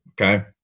Okay